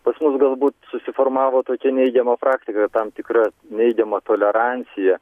pas mus galbūt susiformavo tokia neigiama praktika kad tam tikra neigiama tolerancija